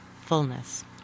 fullness